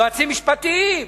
יועצים משפטיים,